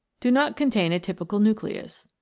do not contain a typical nucleus.